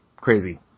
crazy